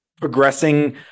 progressing